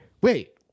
wait